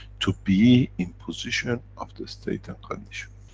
to be in position of the state and condition.